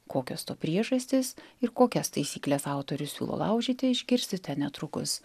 kokios to priežastys ir kokias taisykles autorius siūlo laužyti išgirsite netrukus